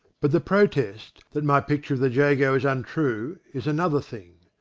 but the protest, that my picture of the jago is untrue, is another thing.